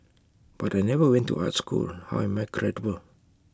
but I never went to art school how am I credible